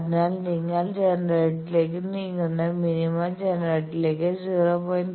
അതിനാൽ നിങ്ങൾ ജനറേറ്ററിലേക്ക് നീങ്ങുന്നു മിനിമ ജനറേറ്ററിലേക്ക് 0